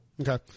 Okay